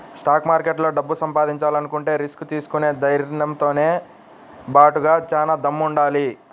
stock మార్కెట్లో డబ్బు సంపాదించాలంటే రిస్క్ తీసుకునే ధైర్నంతో బాటుగా చానా దమ్ముండాలి